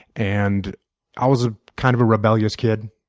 and i was ah kind of a rebellious kid.